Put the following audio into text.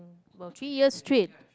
about three years straight